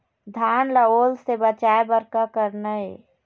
धान ला ओल से बचाए बर का करना ये?